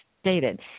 stated